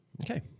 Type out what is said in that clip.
Okay